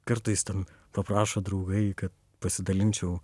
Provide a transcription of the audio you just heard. kartais ten paprašo draugai kad pasidalinčiau